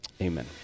Amen